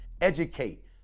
educate